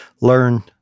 learn